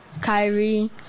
Kyrie